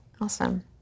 Awesome